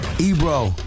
Ebro